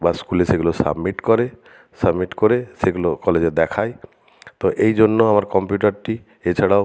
বা স্কুলে সেগুলো সাবমিট করে সাবমিট করে সেগুলো কলেজে দেখায় তো এই জন্য আমার কম্পিউটারটি এছাড়াও